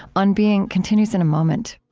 on being continues in a moment